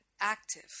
active